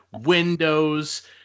windows